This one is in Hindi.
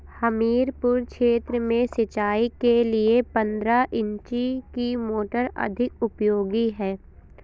हमीरपुर क्षेत्र में सिंचाई के लिए पंद्रह इंची की मोटर अधिक उपयोगी है?